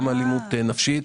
גם נפשית.